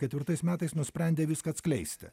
ketvirtais metais nusprendė viską atskleisti